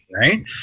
right